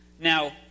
Now